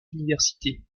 universités